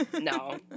No